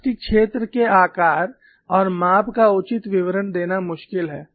plastic क्षेत्र के आकार और माप का उचित विवरण देना मुश्किल है